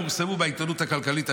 פורסמו בעיתונות הכלכלית,